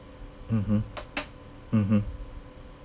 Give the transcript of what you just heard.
mmhmm mmhmm